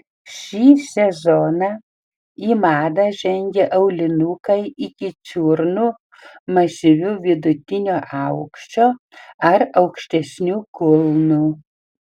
šį sezoną į madą žengė aulinukai iki čiurnų masyviu vidutinio aukščio ar aukštesniu kulnu